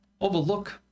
overlook